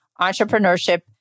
entrepreneurship